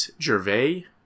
Gervais